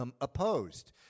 opposed